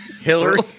Hillary